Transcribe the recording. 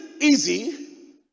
easy